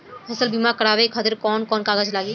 फसल बीमा करावे खातिर कवन कवन कागज लगी?